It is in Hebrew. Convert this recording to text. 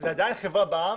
זה עדיין חברה בע"מ,